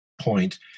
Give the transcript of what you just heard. point